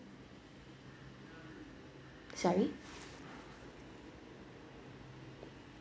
sorry